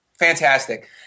Fantastic